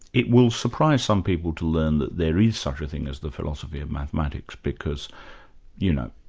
it will surprise some people to learn that there is such a thing as the philosophy of mathematics because you know,